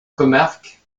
comarque